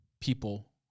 people